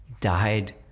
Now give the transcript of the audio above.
died